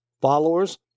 followers